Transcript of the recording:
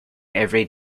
every